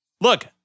look